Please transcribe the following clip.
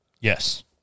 Yes